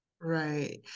Right